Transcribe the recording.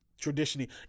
traditionally